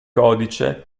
codice